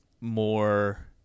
more